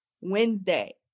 Wednesday